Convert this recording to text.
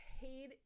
paid